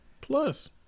plus